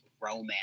romance